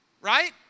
Right